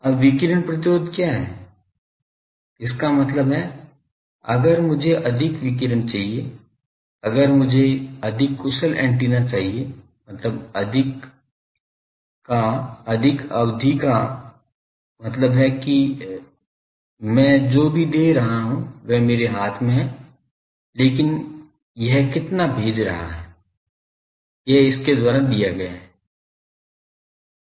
अब विकिरण प्रतिरोध क्या है इसका मतलब है अगर मुझे अधिक विकिरण चाहिए अगर मुझे अधिक कुशल ऐन्टेना चाहिए मतलब अधिक अधिक का अधिक अवधि का मतलब है कि मैं जो भी दे रहा हूं वह मेरे हाथ में है लेकिन यह कितना भेज रहा है यह इसके द्वारा दिया गया है